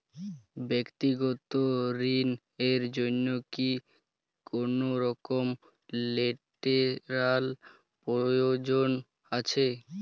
ব্যাক্তিগত ঋণ র জন্য কি কোনরকম লেটেরাল প্রয়োজন আছে?